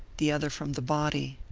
the other from the body.